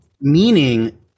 meaning